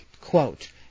quote